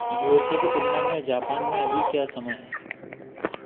you S A की तुलना में जापान में अभी क्या समय है